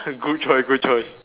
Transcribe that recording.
good choice good choice